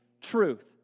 truth